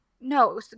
No